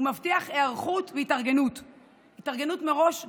הוא מבטיח היערכות והתארגנות מראש,